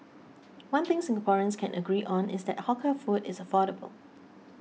one thing Singaporeans can agree on is that hawker food is affordable